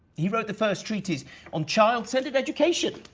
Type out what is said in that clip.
he wrote the first treatise on child-centered education.